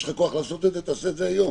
יש לך כוח לעשות את זה, תעשה את זה היום.